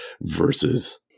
versus